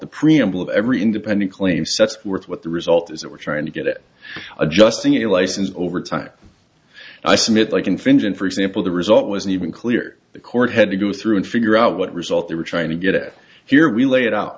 the preamble of every independent claim sets were what the result is that we're trying to get adjusting a license over time i submit like infringement for example the result wasn't even clear the court had to go through and figure out what result they were trying to get here we lay it out